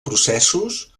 processos